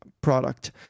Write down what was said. product